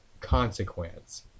consequence